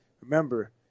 remember